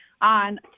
on